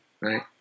right